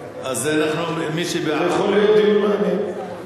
זה יכול להיות דיון מעניין.